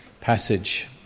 passage